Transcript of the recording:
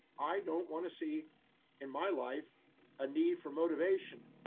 i don't want to see in my life a need for motivation.